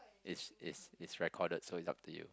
it's it's it's recorded so it's up to you